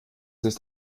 ist